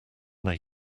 they